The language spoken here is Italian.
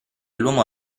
l’uomo